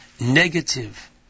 negative